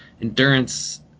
endurance